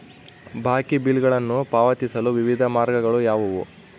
ಬಾಕಿ ಬಿಲ್ಗಳನ್ನು ಪಾವತಿಸಲು ವಿವಿಧ ಮಾರ್ಗಗಳು ಯಾವುವು?